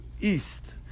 east